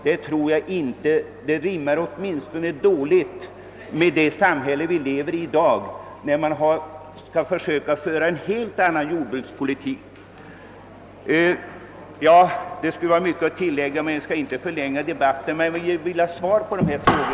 Det tror jag inte; åtminstone passar det illa in i det samhälle vi lever i i dag, där vi skall försöka föra en helt annan jordbrukspolitik. Det skulle vara mycket att tillägga, men jag skall inte förlänga debatten. Jag vill emellertid ha svar på dessa frågor.